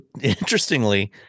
interestingly